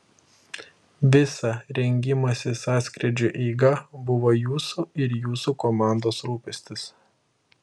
visa rengimosi sąskrydžiui eiga buvo jūsų ir jūsų komandos rūpestis